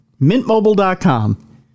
mintmobile.com